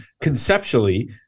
conceptually